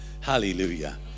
Hallelujah